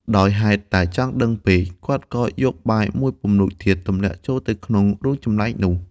ដោយហេតុតែចង់ដឹងពេក គាត់ក៏យកបាយមួយពំនូតទៀតទម្លាក់ទៅក្នុងរូងចំលែកនោះ ។